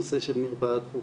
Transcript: כל הנושא של מרפאה דחופה,